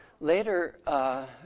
Later